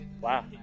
Wow